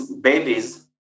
babies